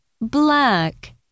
black